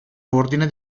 ordine